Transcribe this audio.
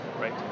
Right